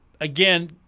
again